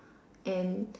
and